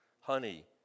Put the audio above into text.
Honey